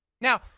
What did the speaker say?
Now